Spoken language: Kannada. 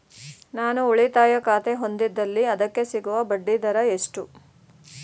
ನಾನು ಉಳಿತಾಯ ಖಾತೆ ಹೊಂದಿದ್ದಲ್ಲಿ ಅದಕ್ಕೆ ಸಿಗುವ ಬಡ್ಡಿ ದರ ಎಷ್ಟು?